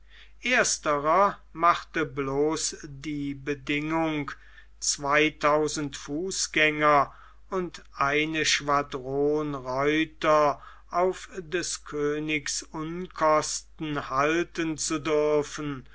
ersterer machte bloß die bedingung zweitausend fußgänger und eine schwadron reiter auf des königs unkosten halten zu dürfen